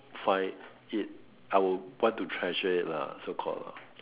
find it I would want to treasure it lah so called ah